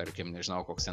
tarkim nežinau koks ten